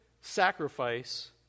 sacrifice